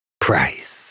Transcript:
Price